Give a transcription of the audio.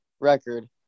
record